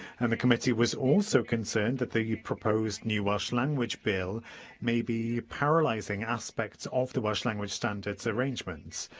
and the committee was also concerned that the proposed new welsh language bill may be paralysing aspects of the welsh language standards arrangements.